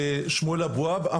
שמואל אבוהב,